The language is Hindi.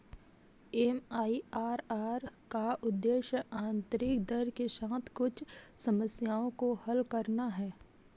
एम.आई.आर.आर का उद्देश्य आंतरिक दर के साथ कुछ समस्याओं को हल करना है